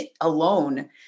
alone